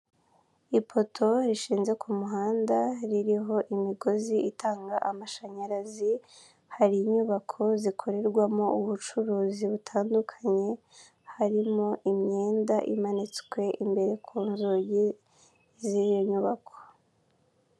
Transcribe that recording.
Ipoto rishinze ku muhanda, ruriho imigozi itanga amashanyarazi, hari inyubako zikorerwamo ubucuruzi butandukanye, harimo imyenda imanitswe imbere ku nzugi z'iyo nyubako.